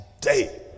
today